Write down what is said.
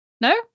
no